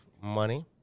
money